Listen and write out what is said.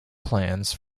plans